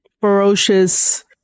ferocious